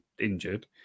injured